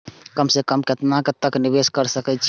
कम से कम केतना तक निवेश कर सके छी ए?